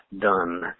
done